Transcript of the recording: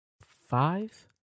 Five